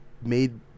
made